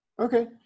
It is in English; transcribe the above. Okay